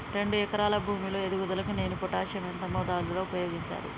రెండు ఎకరాల భూమి లో ఎదుగుదలకి నేను పొటాషియం ఎంత మోతాదు లో ఉపయోగించాలి?